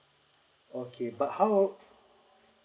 okay but how